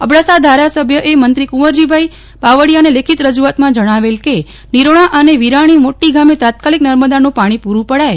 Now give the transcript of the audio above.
અબડાસાના ધારાસભ્યએ મંત્રી કુંવરજીભાઈ બાવળિયાને લેખિત રજીઆતમાં જણાવ્યું કે નિરોણા અને વીરની મોટી ગમે તાત્કાલિક નર્મદાનું પાણી પૂરું પડાય